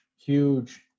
huge